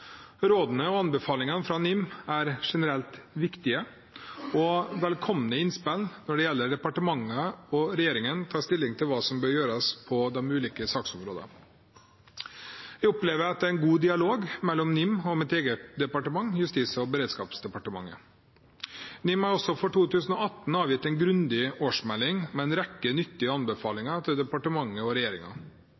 innspill når departementene og regjeringen skal ta stilling til hva som bør gjøres på de ulike saksområdene. Jeg opplever at det er en god dialog mellom NIM og mitt eget departement, Justis- og beredskapsdepartementet. NIM har også for 2018 avgitt en grundig årsmelding med en rekke nyttige